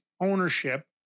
ownership